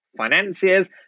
financiers